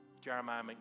Jeremiah